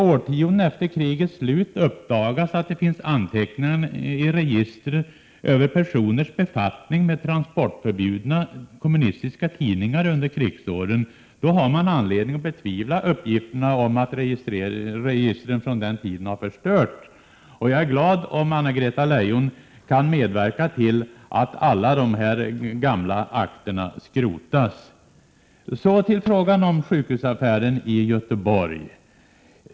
Årtiondena efter krigets slut uppdagades det att det fanns anteckningar i register över personers befattning med transportförbjudna kommunistiska tidningar under krigsåren, och det finns anledning att betvivla uppgifterna om att registren från den tiden har förstörts. Jag är glad om Anna-Greta Leijon kan medverka till att alla dessa gamla akter skrotas. Så till den s.k. sjukhusaffären i Göteborg.